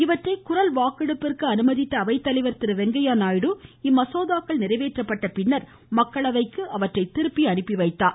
இவற்றை குரல் வாக்கெடுப்பிற்கு அனுமதித்த அவைத்தலைவர் திரு வெங்கையா நாயுடு இம்மசோதாக்கள் நிறைவேற்றப்பட்ட பின்னர் மக்களவைக்கு திருப்பி அனுப்பிவைத்தார்